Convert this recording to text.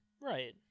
Right